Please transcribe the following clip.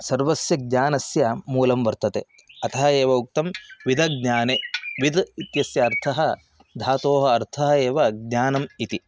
सर्वस्य ज्ञानस्य मूलं वर्तते अतः एव उक्तं विदज्ञाने विद् इत्यस्य अर्थः धातोः अर्थः एव ज्ञानम् इति